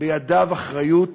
בידיו אחריות